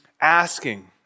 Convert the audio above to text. asking